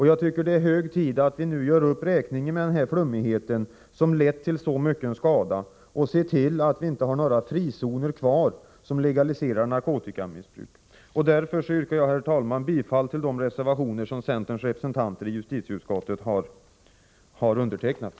Jag tycker det är hög tid att nu göra upp räkningen med denna flummighet, som har lett till så mycken skada, och se till att vi inte har några frizoner kvar, som legaliserar narkotikamissbruk. Jag yrkar därför bifall till de reservationer som centerns representanter i justitieutskottet har fogat till detta betänkande.